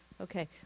Okay